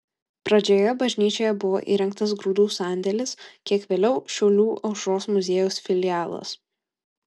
pradžioje bažnyčioje buvo įrengtas grūdų sandėlis kiek vėliau šiaulių aušros muziejaus filialas